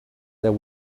there